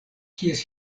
kies